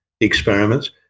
experiments